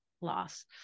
loss